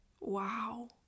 Wow